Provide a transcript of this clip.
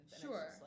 Sure